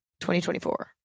2024